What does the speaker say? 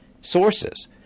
sources